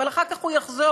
אבל אחר כך הוא יחזור,